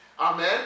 Amen